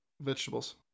vegetables